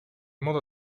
modo